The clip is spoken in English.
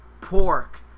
pork